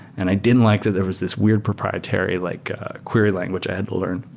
and i didn't like that there was this weird proprietary, like a query language i had to learn.